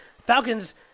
Falcons